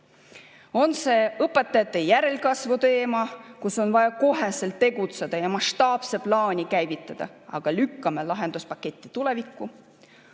On see õpetajate järelkasvu teema, kus on vaja kohe tegutseda ja mastaapne plaan käivitada, aga me lükkame lahenduspaketi tulevikku.